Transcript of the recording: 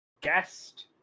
guest